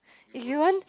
if you want